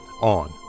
on